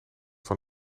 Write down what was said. van